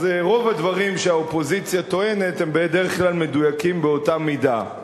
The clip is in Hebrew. אז רוב הדברים שהאופוזיציה טוענת הם בדרך כלל מדויקים באותה מידה.